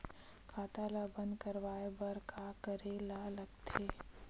खाता ला बंद करवाय बार का करे ला लगथे?